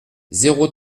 zéro